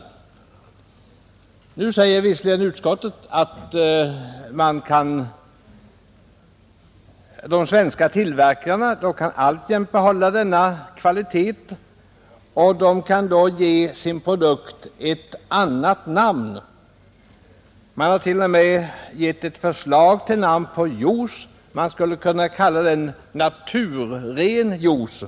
Utskottet säger visserligen att de svenska tillverkarna alltjämt kan behålla nuvarande kvalitet, varvid de kan ge sin produkt ett annat namn. Man har t.o.m. lämnat förslag till namn på sådan juice, nämligen ”naturren juice”.